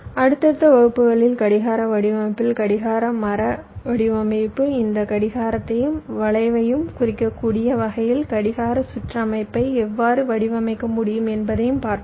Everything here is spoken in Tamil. அடுத்தடுத்த வகுப்புகளில் கடிகார வடிவமைப்பில் கடிகார மர வடிவமைப்பு இந்த கடிகாரத்தையும் வளைவையும் குறைக்கக் கூடிய வகையில் கடிகார சுற்றமைப்பை எவ்வாறு வடிவமைக்க முடியும் என்பதையும் பார்ப்போம்